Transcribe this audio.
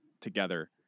together